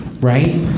right